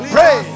Pray